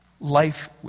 life